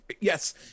yes